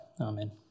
amen